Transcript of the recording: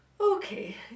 okay